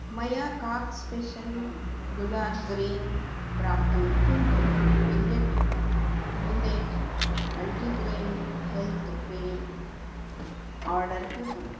मया काक् स्पेशल् गुलाब् ग्रीन् प्राप्तं किन्तु मिल्लेट् मिल्लेट् मल्टिग्रेन् हेल्त् पेयम् आर्डर् कृतम्